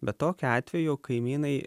bet tokiu atveju kaimynai